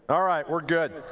all right. we're good.